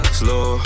slow